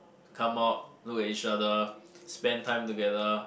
to come out look at each other spend time together